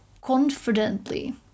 confidently